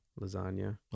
lasagna